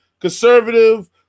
conservative